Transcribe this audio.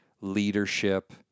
leadership